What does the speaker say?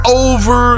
over